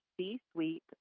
C-suite